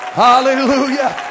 Hallelujah